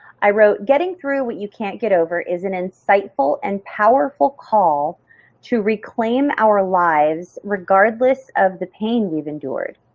i wrote getting through what you can't get over is an insightful and powerful call to reclaim our lives regardless of the pain we've endured.